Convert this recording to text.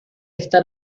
estar